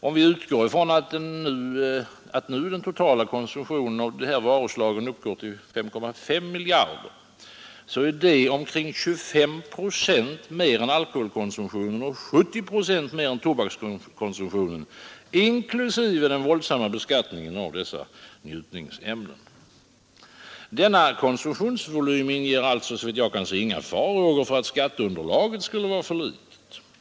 Om vi utgår ifrån att den totala konsumtionen av de nämnda varuslagen nu uppgår till 5,5 miljarder kronor, så är det omkring 25 procent mer än alkoholkonsumtionen och 70 procent mer än tobakskonsumtionen inklusive den våldsamma beskattningen av dessa njutningsämnen. Denna konsumtionsvolym inger alltså, såvitt jag kan se, inga farhågor för att skatteunderlaget skulle vara för litet.